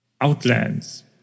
Outlands